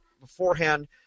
beforehand